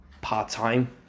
part-time